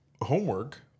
homework